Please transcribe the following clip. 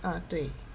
啊对